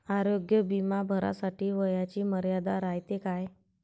आरोग्य बिमा भरासाठी वयाची मर्यादा रायते काय?